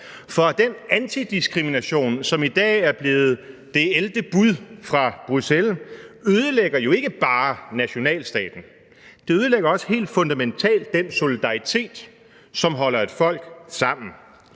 for den antidiskrimination, som i dag er blevet det 11. bud fra Bruxelles, ødelægger jo ikke bare nationalstaten. Den ødelægger også helt fundamentalt den solidaritet, som holder et folk sammen.